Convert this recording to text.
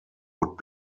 would